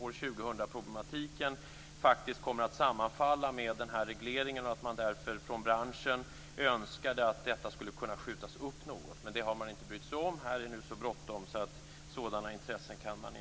2000-problematiken faktiskt kommer att sammanfalla med den här regleringen och att man från branschen därför önskade att detta skulle kunna skjutas upp något. Men det har man inte brytt sig om. Det är nu så bråttom att sådana hänsyn inte kan tas.